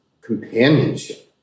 companionship